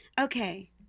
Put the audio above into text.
Okay